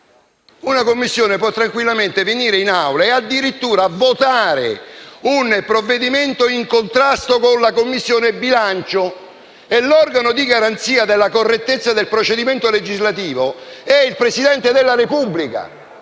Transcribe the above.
Una Commissione può tranquillamente venire in Aula e addirittura votare un provvedimento in contrasto con il parere della Commissione bilancio e l'organo di garanzia della correttezza del procedimento legislativo è il Presidente della Repubblica,